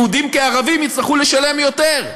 יהודים כערבים, יצטרכו לשלם יותר.